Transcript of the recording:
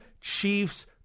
Chiefs